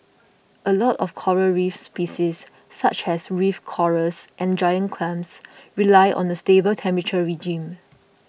a lot of coral reef species such as reef corals and giant clams rely on a stable temperature regime